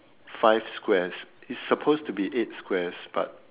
five squares it's supposed to be eight squares but